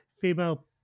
female